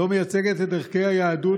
שלא מייצגת את ערכי היהדות,